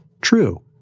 true